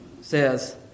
says